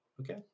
Okay